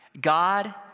God